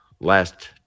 last